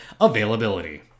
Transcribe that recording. availability